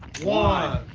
one.